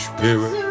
Spirit